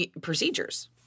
procedures